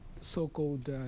so-called